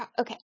Okay